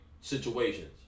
Situations